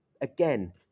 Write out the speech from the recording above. again